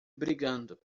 brigando